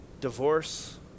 divorce